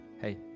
hey